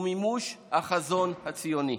ומימוש החזון הציוני.